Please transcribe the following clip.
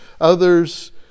others